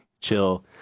chill